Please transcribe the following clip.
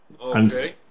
Okay